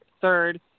third